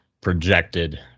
projected